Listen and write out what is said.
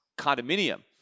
condominium